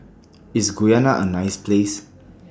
IS Guyana A nice Place